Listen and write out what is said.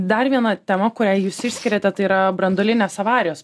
dar viena tema kurią jūs išskiriate tai yra branduolinės avarijos